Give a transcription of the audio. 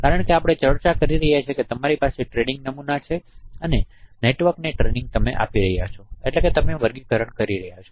કારણ કે આપણે ચર્ચા કરી છે કે તમારી પાસે ટ્રેનિંગ નમૂનાઓ છે નેટવર્કને ટ્રેનિંગ તમે આપી રહ્યાં છો એટ્લેકે તમે વર્ગીકરણ કરી રહ્યાં છો